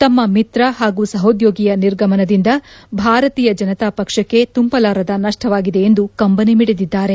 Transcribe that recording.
ತಮ್ಮ ಮಿತ್ರ ಹಾಗೂ ಸಹೋದ್ಯೋಗಿಯ ನಿರ್ಗಮನದಿಂದ ಭಾರತೀಯ ಜನತಾಪಕ್ಷಕ್ಕೆ ತುಂಬಲಾರದ ನಷ್ಷವಾಗಿದೆ ಎಂದು ಕಂಬನಿ ಮಿಡಿದಿದ್ದಾರೆ